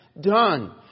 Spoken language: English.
done